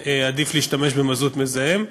שכלכלית עדיף להשתמש במזוט מזהם.